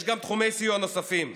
יש תחומי סיוע נוספים,